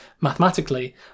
mathematically